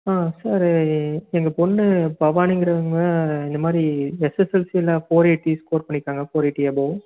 sir எங்கள் பொண்ணு பவானிங்கிறவங்க இந்த மாதிரி எஸ்எஸ்எல்சியில் ஃபோர் எயிட்டி ஸ்கோர் பண்ணியிருக்காங்க ஃபோர் எயிட்டி அபோ